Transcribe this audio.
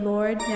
Lord